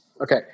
Okay